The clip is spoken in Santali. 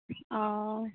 ᱚᱸᱻ